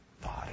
body